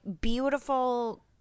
beautiful